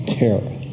terror